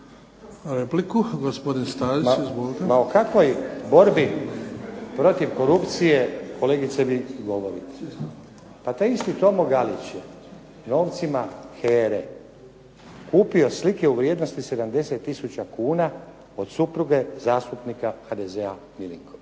izvolite. **Stazić, Nenad (SDP)** Ma o kakvoj borbi protiv korupcije kolegice vi govorite? Pa taj isti Tomo Galić je novcima HERA-e kupio slike u vrijednosti 70 tisuća kuna od supruge zastupnika HDZ-a Milinkovića.